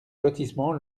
lotissement